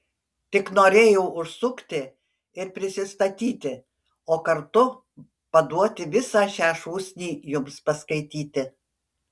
tik norėjau užsukti ir prisistatyti o kartu paduoti visą šią šūsnį jums paskaityti